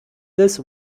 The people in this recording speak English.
this